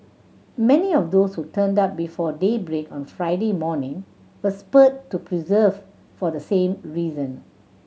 many of those who turned up before daybreak on Friday morning were spurred to persevere for the same reason